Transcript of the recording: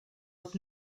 with